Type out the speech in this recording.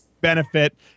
Benefit